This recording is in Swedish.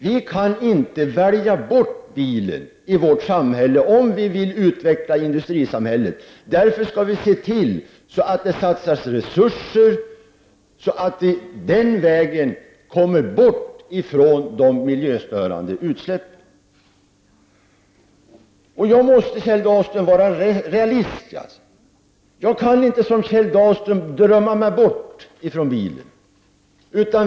Vi kan inte välja bort bilen om vi vill utveckla industrisamhället. Därför skall vi se till att det satsas resurser så att vi kommer bort från de miljöstörande utsläppen. Jag måste vara realist. Jag kan inte som Kjell Dahlström drömma mig bort från bilen.